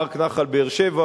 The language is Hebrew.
פארק נחל באר-שבע,